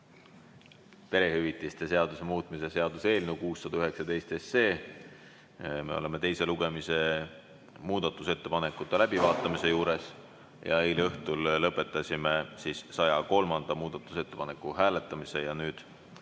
perehüvitiste seaduse muutmise seaduse eelnõu 619 [teine lugemine]. Me oleme teise lugemise muudatusettepanekute läbivaatamise juures. Eile õhtul lõpetasime 103. muudatusettepaneku hääletamise. Nüüd